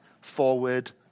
forward